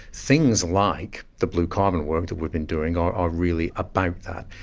things like the blue carbon work that we've been doing are are really about that.